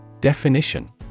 Definition